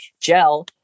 gel